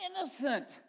innocent